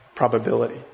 Probability